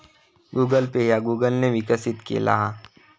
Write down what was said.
Google Pay ह्या Google ने विकसित केला हा